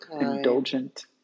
indulgent